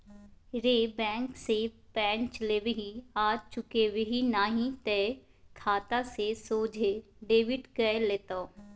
रे बैंक सँ पैंच लेबिही आ चुकेबिही नहि तए खाता सँ सोझे डेबिट कए लेतौ